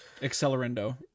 Accelerando